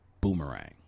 Boomerang